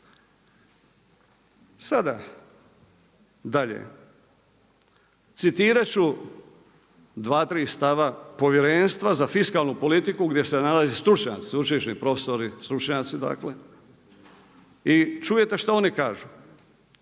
Sada dalje, citirati ću dva, tri stava Povjerenstva za fiskalnu politiku gdje se nalaze stručnjaci, sveučilišni profesori, stručnjaci dakle i čujte što oni kažu.